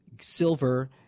Silver